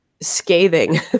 scathing